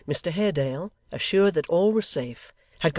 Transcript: mr haredale, assured that all was safe,